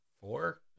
Four